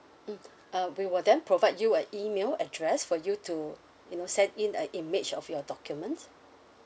mm uh we will then provide you a email address for you to you know send in a image of your document